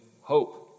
hope